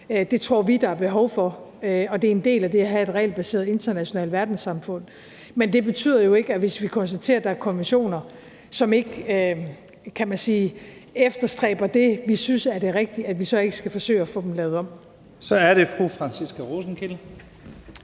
Det tror vi der er behov for, og det er en del af det at have et regelbaseret internationalt verdenssamfund. Men det betyder jo ikke, at vi, hvis vi konstaterer, at der er konventioner, som ikke – kan man sige – efterstræber det, vi synes er det rigtige, så ikke skal forsøge at få dem lavet om. Kl. 00:37 Første næstformand